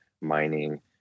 mining